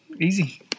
Easy